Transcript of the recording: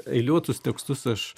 eiliuotus tekstus aš